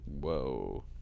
Whoa